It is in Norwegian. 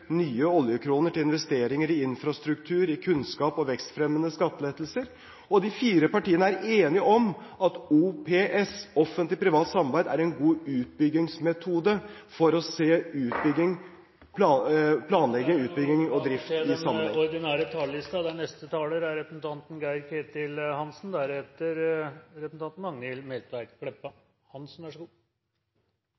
nye oljekroner til investeringer i infrastruktur, i kunnskap og i vekstfremmende skattelettelser. Og de fire partiene er enige om at OPS – offentlig–privat samarbeid – er en god utbyggingsmetode for å se planlegging, utbygging og drift i en sammenheng. Replikkordskiftet er omme. Regjeringens forslag til revidert nasjonalbudsjett er